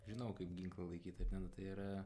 žinau kaip ginklą laikyt ar ne nu tai yra